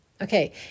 Okay